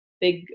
Big